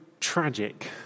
tragic